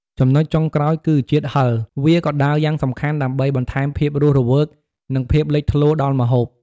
ចំណុចចុងក្រោយគឺ ជាតិហឹរ វាក៏ដើរយ៉ាងសំខាន់ដើម្បីបន្ថែមភាពរស់រវើក និងភាពលេចធ្លោដល់ម្ហូប។